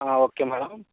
okay madam